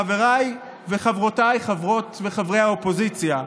חבריי וחברותיי חברות וחברי האופוזיציה,